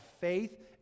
faith